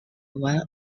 one